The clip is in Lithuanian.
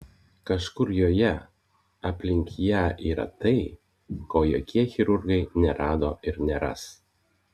kažkur joje aplink ją yra tai ko jokie chirurgai nerado ir neras